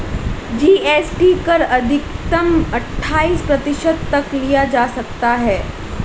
GST कर अधिकतम अठाइस प्रतिशत तक लिया जा सकता है